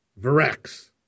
Varex